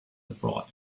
abroad